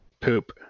Poop